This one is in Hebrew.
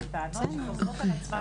אלה טענות שחוזרות על עצמן.